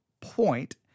point